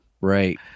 Right